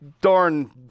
darn